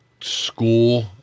school